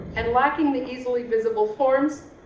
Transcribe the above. and lacking the easily visible forms,